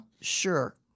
sure